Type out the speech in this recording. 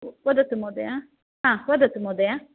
वदतु महोदय हा वदतु महोदय